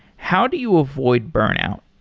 how do you avoid burnout?